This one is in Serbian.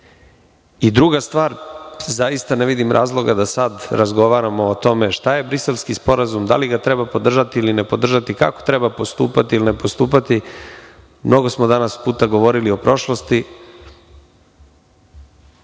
stvar, zaista ne vidim razloga da sada razgovaramo o tome šta je Briselski sporazum da li ga treba podržati ili ne podržati, kako treba postupati ili ne postupati, jer mnogo puta smo danas govorili o prošlosti,